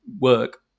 work